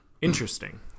Interesting